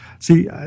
See